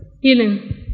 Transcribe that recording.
Healing